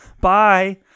Bye